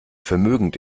vermögend